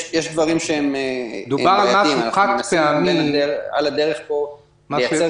יש דברים שהם בעייתיים ואנחנו מנסים על הדרך פה לייצר